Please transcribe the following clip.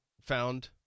found